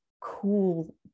cool